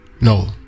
No